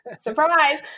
Surprise